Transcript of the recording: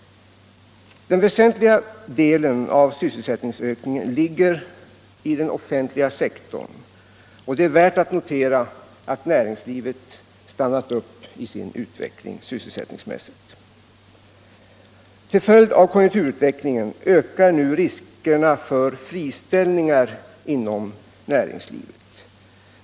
Den väsentliga delen av sysselsättningsökningen faller emellertid på den offentliga sektorn. Det är värt att notera att näringslivet stannat upp sin utveckling sysselsättningsmässigt. Till följd av konjunkturutvecklingen ökar nu riskerna för friställningar inom näringslivet.